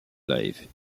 life